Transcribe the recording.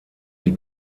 die